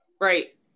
right